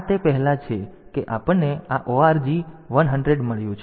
તેથી આ તે પહેલા છે કે આપણને આ org 100 મળ્યું છે